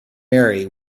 mary